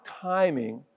timing